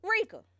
Rika